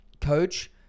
coach